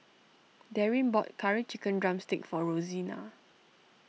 Darryn bought Curry Chicken Drumstick for Rosena